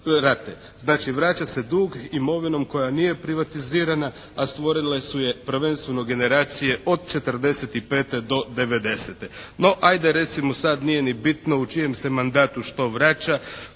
Znači vraća se dug imovinom koja nije privatizirala a stvorile su je prvenstveno generacije od 1945. do 1990. No ajde recimo sad nije ni bitno u čijem se mandatu što vraća.